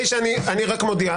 אני רק מודיע,